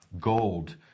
Gold